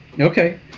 okay